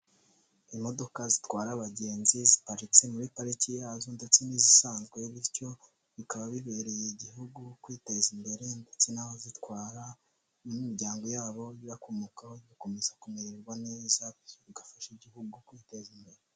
Imodoka zitwara abagenzi ziparitse muri pariki yazo, ndetse n'izisanzwe, bityo bikaba bibereye igihugu kwiteza imbere, ndetse n'aho zitwara n'imiryango yabo, bibakomokaho bikomeza kumererwa neza, bigafasha igihugu kwiteza imbere.